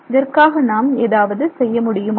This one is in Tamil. இதற்காக நாம் ஏதாவது செய்ய முடியுமா